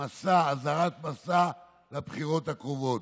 מסע לבחירות הקרובות: